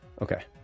Okay